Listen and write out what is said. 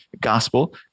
gospel